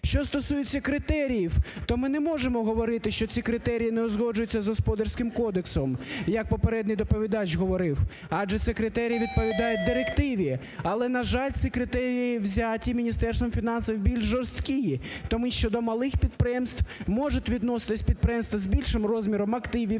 Що стосується критерії, то ми не можемо говорити, що ці критерії не узгоджуються з Господарським кодексом, як попередній доповідач говорив. Адже ці критерії відповідають директиві, але, на жаль, ці критерії взяті Міністерством фінансів більш жорсткі, тому що до малих підприємств можуть відноситися підприємства з більшим розміром активів,